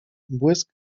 błysk